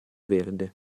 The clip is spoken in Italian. verde